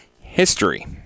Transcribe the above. history